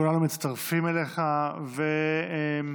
כולנו מצטרפים אליך ומגנים,